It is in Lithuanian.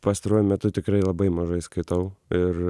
pastaruoju metu tikrai labai mažai skaitau ir